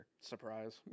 Surprise